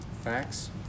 Facts